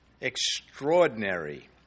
Extraordinary